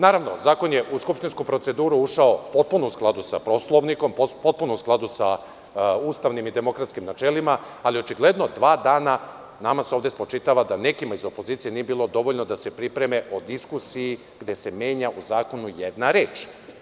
Naravno, zakon je u skupštinsku proceduru ušao potpuno u skladu sa Poslovnikom, potpuno u skladu sa ustavnim i demokratskim načelima, ali očigledno dva dana nama se spočitava da nekima iz opozicije nije bilo dovoljno da se pripreme o diskusiji gde se menja u zakonu jedna reč.